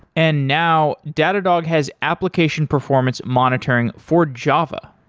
and now, datadog has application performance monitoring for java.